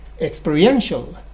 experiential